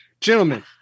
gentlemen